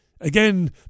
Again